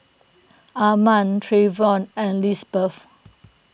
Armand Trevion and Lisbeth